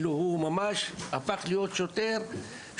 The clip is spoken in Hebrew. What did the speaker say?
ממש כאילו שהוא הפך להיות שוטר-שוטר,